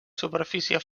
superfície